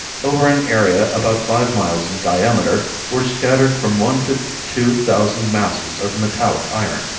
over an area about five miles in diameter, were scattered from one to two thousand masses of metallic iron,